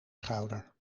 schouder